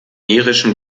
irischen